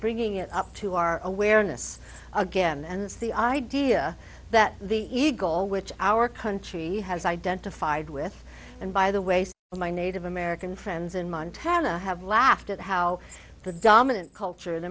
bringing it up to our awareness again and it's the idea that the eagle which our country has identified with and by the ways in my native american friends in montana have laughed at how the dominant culture in